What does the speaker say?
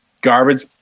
garbage